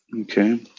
Okay